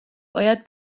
باید